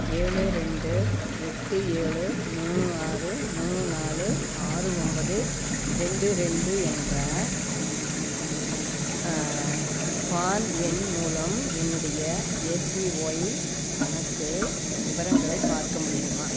ஏழு ரெண்டு எட்டு ஏழு மூணு ஆறு மூணு நாலு ஆறு ஒன்பது ரெண்டு ரெண்டு என்ற பான் எண் மூலம் என்னுடைய ஏபிஒய் கணக்கு விவரங்களை பார்க்க முடியுமா